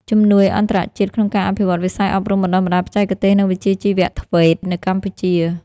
ជំនួយអន្តរជាតិក្នុងការអភិវឌ្ឍវិស័យអប់រំបណ្តុះបណ្តាលបច្ចេកទេស និងវិជ្ជាជីវៈ (TVET) នៅកម្ពុជា។